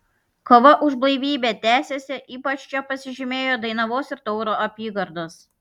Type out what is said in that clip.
kova už blaivybę tęsėsi ypač čia pasižymėjo dainavos ir tauro apygardos